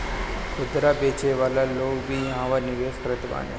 खुदरा बेचे वाला लोग भी इहवा निवेश करत बाने